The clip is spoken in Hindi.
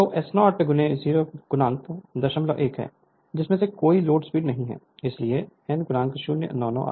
तो S0 001 है जिसमें कोई लोड स्लिप नहीं है इसलिए n 0 99 rpm होगा